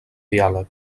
diàleg